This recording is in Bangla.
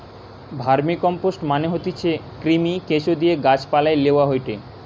ভার্মিকম্পোস্ট মানে হতিছে কৃমি, কেঁচোদিয়ে গাছ পালায় লেওয়া হয়টে